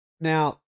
Now